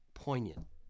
poignant